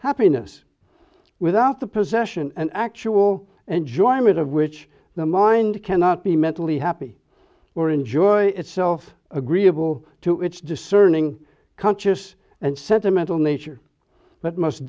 happiness without the possession and actual enjoyment of which the mind cannot be mentally happy or enjoy itself agreeable to its discerning conscious and sentimental nature but must